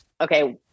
okay